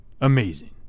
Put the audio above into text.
amazing